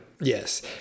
Yes